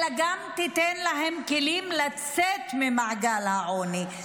אלא גם תיתן להם כלים לצאת ממעגל העוני,